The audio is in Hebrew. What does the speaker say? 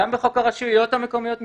גם בחוק הרשויות המקומיות (משמעת),